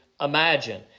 imagine